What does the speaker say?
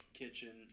kitchen